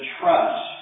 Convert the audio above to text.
trust